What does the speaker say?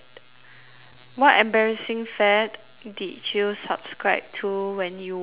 what embarrassing fad did you subscribe to when you were younger